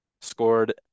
scored